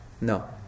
No